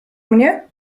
mnie